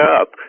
up